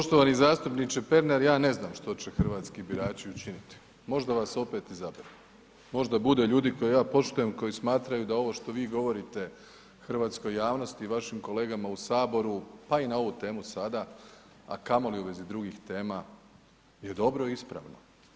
Poštovani zastupniče Pernar, ja ne znam što će hrvatski birači učiniti, možda vas opet izaberu, možda bude ljudi koje ja poštujem, koji smatraju da ovo što vi govorite hrvatskoj javnosti i vašim kolegama u Saboru pa i na ovu temu sada a kamoli u vezi drugih tema je dobro i ispravno.